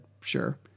sure